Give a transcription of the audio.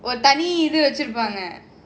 தனிஇதுவச்சிருப்பாங்க:thani idhu vachirupanga